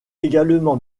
également